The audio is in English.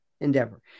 endeavor